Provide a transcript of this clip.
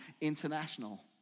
International